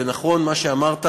ונכון מה שאמרת,